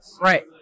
Right